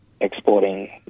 exporting